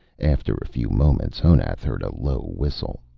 after a few moments, honath heard a low whistle.